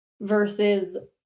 versus